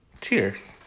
cheers